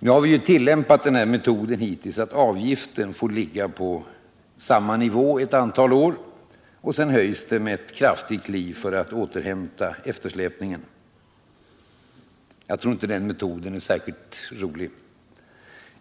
Vi har hittills tillämpat metoden att avgiften får ligga på samma nivå ett antal år för att sedan höjas med ett kraftigt kliv för att man skall återhämta eftersläpningen. Jag tror inte att den metoden är särskilt attraktiv.